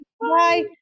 Bye